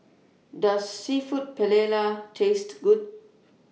Does Seafood Paella Taste Good